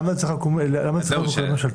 למה זו צריכה להיות הצעת חוק ממשלתית?